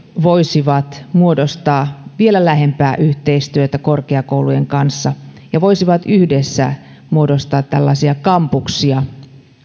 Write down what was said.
voisivat muodostaa vielä lähempää yhteistyötä korkeakoulujen kanssa ja voisivat yhdessä muodostaa kampuksia